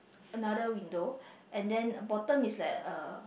another window and then bottom is like uh